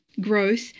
growth